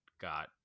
got